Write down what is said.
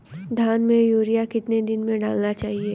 धान में यूरिया कितने दिन में डालना चाहिए?